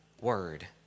word